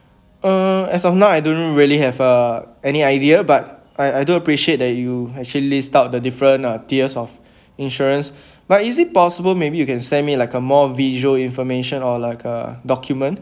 err as of now I don't really have uh any idea but I I do appreciate that you actually list out the different uh tiers of insurance but is it possible maybe you can send me like a more visual information or like a document